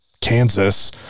Kansas